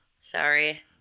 sorry